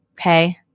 okay